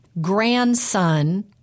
grandson